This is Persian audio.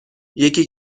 یکی